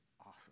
awesome